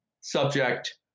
Subject